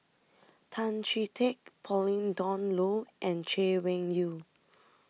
Tan Chee Teck Pauline Dawn Loh and Chay Weng Yew